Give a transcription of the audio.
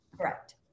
Correct